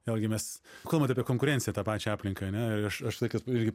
vėlgi mes kalbant apie konkurenciją tą pačią aplinką ane ir aš aš sakiau irgi